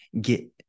get